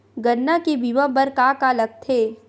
गन्ना के बीमा बर का का लगथे?